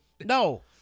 No